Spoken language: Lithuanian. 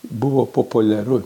buvo populiaru